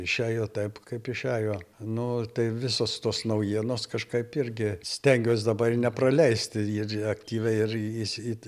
išėjo taip kaip išėjo nu tai visos tos naujienos kažkaip irgi stengiuos dabar nepraleisti ir aktyviai ir jis it